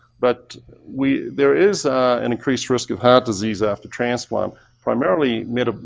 but we, there is an increased risk of heart disease after transplant primarily made, ah